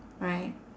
right